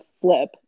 flip